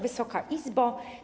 Wysoka Izbo!